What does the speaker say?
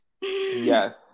Yes